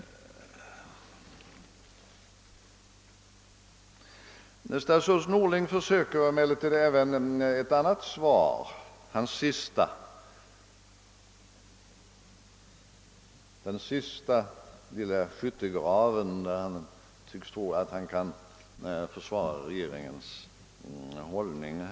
Statsrådet Norling försöker emellertid även med ett annat svar, och det är den sista lilla skyttegraven från vilken han tycks tro sig kunna försvara regeringens hållning.